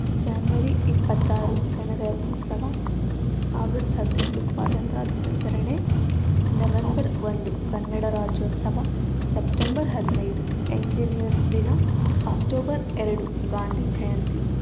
January ಇಪ್ಪತ್ತಾರು ಗಣರಾಜ್ಯೋತ್ಸವ August ಹದಿನೈದು ಸ್ವಾತಂತ್ರ್ಯ ದಿನಾಚರಣೆ ನವೆಂಬರ್ ಒಂದು ಕನ್ನಡ ರಾಜ್ಯೋತ್ಸವ ಸೆಪ್ಟೆಂಬರ್ ಹದಿನೈದು ಇಂಜಿನಿಯರ್ಸ್ ದಿನ ಅಕ್ಟೋಬರ್ ಎರಡು ಗಾಂಧಿ ಜಯಂತಿ